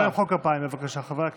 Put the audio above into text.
לא למחוא כפיים, בבקשה, חברי הכנסת.